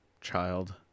child